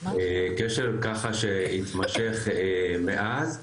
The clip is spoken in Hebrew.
קשר שככה שהתמשך מאז,